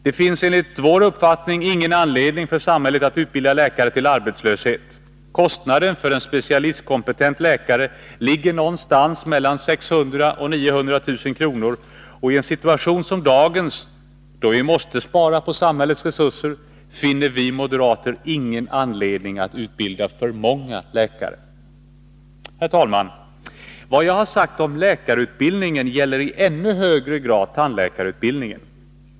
Det finns enligt vår uppfattning ingen anledning för samhället att utbilda läkare till arbetslöshet. Kostnaden för en specialistkompetent läkare ligger någonstans mellan 600 000 och 900 000 kronor, och i en situation som dagens, då vi måste spara på samhällets resurser, finner vi moderater ingen anledning att utbilda för många läkare. Herr talman! Vad jag har sagt om läkarutbildningen gäller i ännu högre grad tandläkarutbildningen.